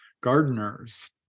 gardeners